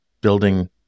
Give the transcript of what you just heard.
building